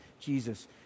Jesus